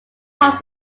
past